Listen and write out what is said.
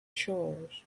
chores